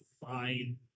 fine